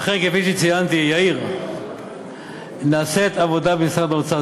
אכן, כפי שציינתי, נעשית עבודה במשרד האוצר.